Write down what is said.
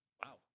wow